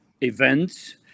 events